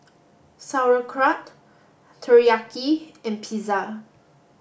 Sauerkraut Teriyaki and Pizza